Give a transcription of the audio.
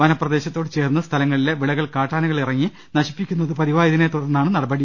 വനപ്രദേശത്തോടു ചേർന്ന് സ്ഥലങ്ങളിലെ വിളകൾ കാട്ടാനകൾ ഇറങ്ങി നശിപ്പിക്കുന്നത് പതിവായതിനെ തുടർന്നാണ് നടപടി